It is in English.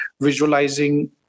visualizing